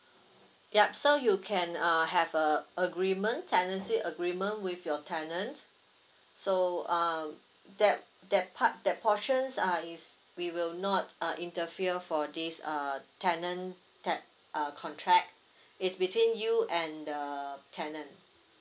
yup so you can uh have a agreement tenancy agreement with your tenant so uh that that part that portions uh is we will not uh interfere for this uh tenant te~ uh contract it's between you and the tenant